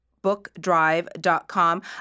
bookdrive.com